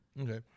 Okay